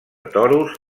toros